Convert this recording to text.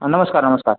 नमस्कार नमस्कार